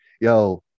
Yo